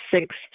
six